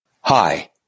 Hi